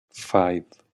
five